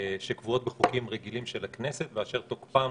שקבועות בחוקים רגילים של הכנסת ואשר תוקפן